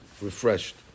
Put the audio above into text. refreshed